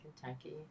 Kentucky